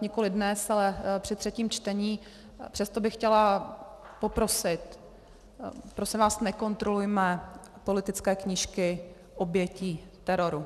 nikoliv dnes, ale při třetím čtení, přesto bych chtěla poprosit, prosím vás, nekontrolujme politické knížky obětí teroru!